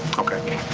okay.